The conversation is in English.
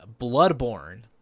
Bloodborne